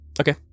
Okay